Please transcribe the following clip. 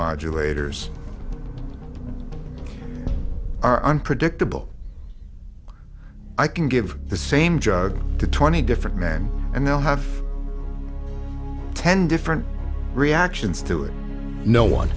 modulators are unpredictable i can give the same jug to twenty different men and they'll have ten different reactions to it no one